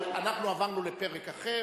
אנחנו עברנו לפרק אחר,